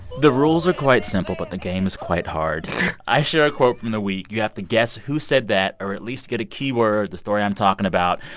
the rules are quite simple. but the game's quite hard i share a quote from the week. you have to guess who said that or at least get a key word, the story i'm talking about.